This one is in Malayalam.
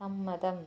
സമ്മതം